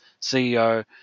CEO